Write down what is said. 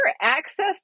access